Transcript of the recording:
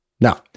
Now